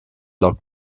log